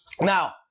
Now